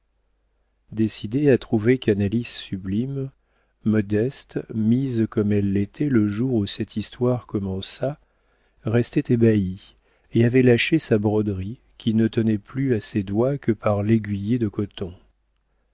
décidée à trouver canalis sublime modeste mise comme elle l'était le jour où cette histoire commença restait ébahie et avait lâché sa broderie qui ne tenait plus à ses doigts que par l'aiguillée de coton